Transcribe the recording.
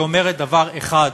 שאומרת דבר אחד,